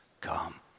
come